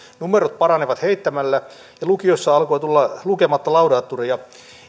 numerot paranivat heittämällä ja lukiossa alkoi tulla lukematta laudaturia